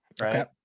right